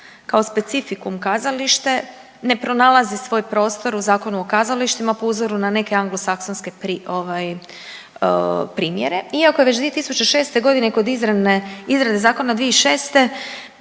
kao specifikum kazalište ne pronalazi svoj prostor u Zakonu o kazalištima po uzornu na neke anglosaksonske ovaj primjere iako je već 2006. godine kod izrade zakona od 2006.